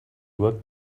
work